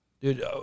Dude